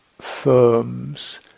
firms